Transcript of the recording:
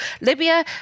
Libya